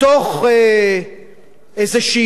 מתוך איזה,